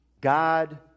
God